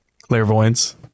Clairvoyance